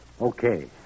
Okay